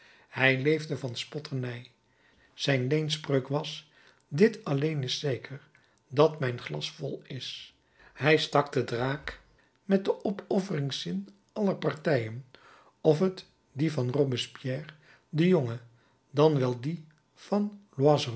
hij leefde van spotternij zijn leenspreuk was dit alleen is zeker dat mijn glas vol is hij stak den draak met den opofferingszin aller partijen of het die van robespierre den jonge dan wel die van